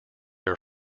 are